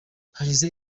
hashize